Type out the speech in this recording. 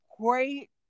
great